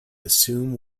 assume